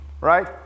Right